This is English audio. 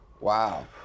Wow